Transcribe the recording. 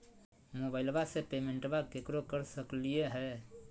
मोबाइलबा से पेमेंटबा केकरो कर सकलिए है?